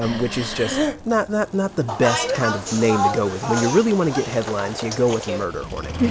um which is just not not the best kind of name to go with. when you really want to get headlines, you go with murder hornet.